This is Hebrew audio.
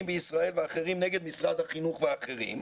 בישראל ואחרים נגד משרד החינוך ואחרים,